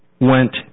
went